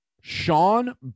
Sean